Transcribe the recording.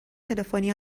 تلفنی